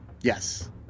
Yes